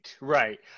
right